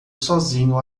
sozinho